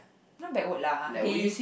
not backward lah they